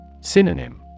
Synonym